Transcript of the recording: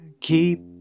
keep